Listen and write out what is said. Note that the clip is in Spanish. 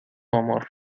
amor